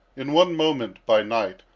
in one moment, by night,